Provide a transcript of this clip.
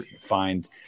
find